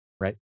right